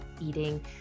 eating